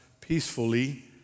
peacefully